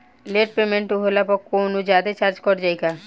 Late payment होला पर कौनोजादे चार्ज कट जायी का?